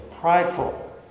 prideful